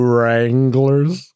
Wranglers